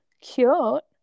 cute